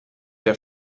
der